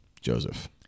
Joseph